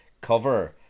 cover